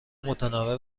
متنوع